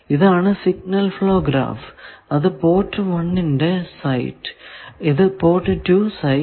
ഇതാണ് signal flow graph Signal Flow Graph അത് port 1 ന്റെ സൈറ്റ് ഇത് പോർട്ട് 2 സൈറ്റ്